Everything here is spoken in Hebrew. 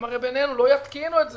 הם הרי בינינו לא יתקינו את זה,